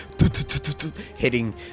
hitting